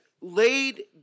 laid